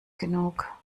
genug